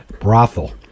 brothel